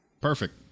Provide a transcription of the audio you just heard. Perfect